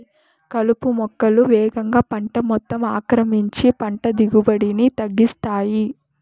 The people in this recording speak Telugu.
కలుపు మొక్కలు వేగంగా పంట మొత్తం ఆక్రమించి పంట దిగుబడిని తగ్గిస్తాయి